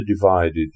divided